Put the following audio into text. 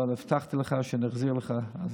אבל הבטחתי לך שאני אחזיר לך.